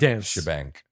shebang